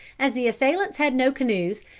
as the assailants had no canoes,